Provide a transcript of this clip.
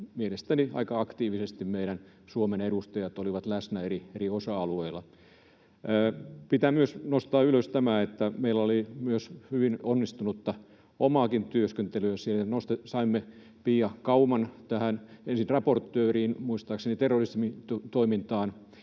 mielestäni aika aktiivisesti meidän Suomen edustajat olivat läsnä eri osa-alueilla. Pitää myös nostaa ylös tämä, että meillä oli myös hyvin onnistunutta omaakin työskentelyä siellä: Saimme Pia Kauman ensin raportööriksi, muistaakseni terrorismitoimintaan,